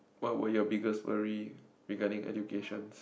what were your biggest worry regarding educations